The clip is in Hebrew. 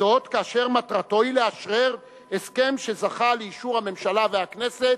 וזאת כאשר מטרתו היא לאשרר הסכם שזכה לאישור הממשלה והכנסת,